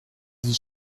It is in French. dix